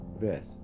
best